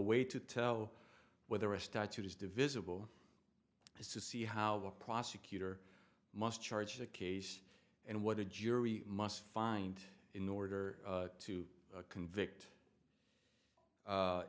way to tell whether a statute is divisible is to see how the prosecutor must charge the case and what a jury must find in order to convict